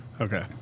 Okay